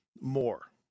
more